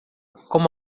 como